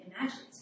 imagined